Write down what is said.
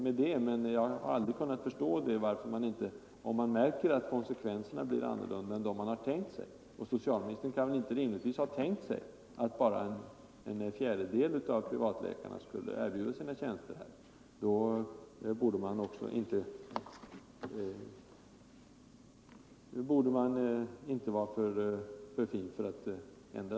Men om man märker att konsekvenserna av ett beslut blir andra än man har tänkt sig — och socialministern kan väl inte rimligtvis ha tänkt sig att bara en fjärdedel av de fritidspraktiserande läkarna skulle erbjuda sina tjänster — borde man inte vara för fin för att ändra